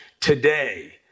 today